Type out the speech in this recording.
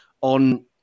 on